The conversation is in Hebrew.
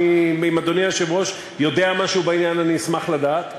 אם אדוני היושב-ראש יודע משהו בעניין אני אשמח לדעת,